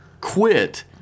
quit